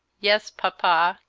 yes, papa,